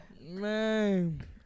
Man